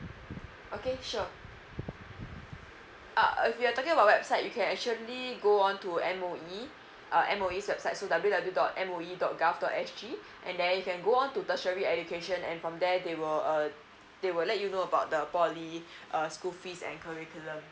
okay sure uh if you're talking about website you can actually go on to M_O_E uh M_O_E website so w w w dot M_O_E dot G_O_V dot S_G and then you can go on to tertiary education and from there they will uh they will let you know about the poly uh school fees and curriculum